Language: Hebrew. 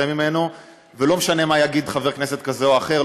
ממנה ולא משנה מה יגיד חבר כנסת כזה או אחר,